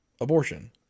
abortion